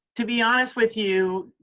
to be honest with you,